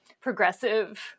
progressive